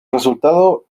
resultado